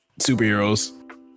superheroes